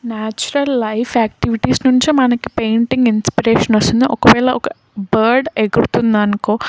natural life activities నుంచే మనకి painting inspiration వస్తుంది ఒకవేళ ఒక బర్డ్ ఎగురుతుందనుకో